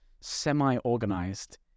semi-organized